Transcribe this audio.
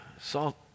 salt